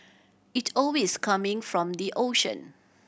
it always coming from the ocean